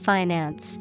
Finance